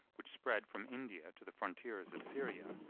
which spread from india to the frontiers of syria,